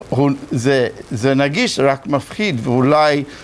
זה נגיש רק מפחיד ואולי